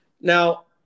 Now